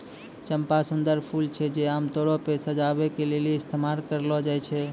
चंपा सुंदर फूल छै जे आमतौरो पे सजाबै के लेली इस्तेमाल करलो जाय छै